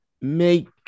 make